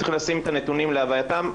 צריך לשים את הנתונים להווייתם.